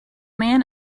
man